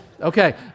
Okay